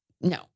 no